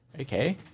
Okay